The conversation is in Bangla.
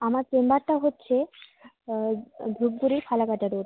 আমার চেম্বারটা হচ্ছে ধূপগুড়ি ফালাকাটা রোড